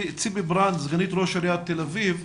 ציפי ברנד, סגנית ראש עיריית תל אביב,